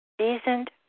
Seasoned